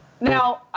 Now